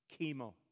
chemo